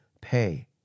pay